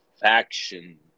faction